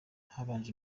habanje